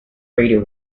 radio